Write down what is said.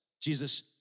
Jesus